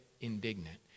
indignant